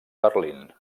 berlín